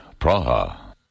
Praha